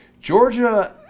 Georgia